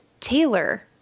Taylor